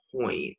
point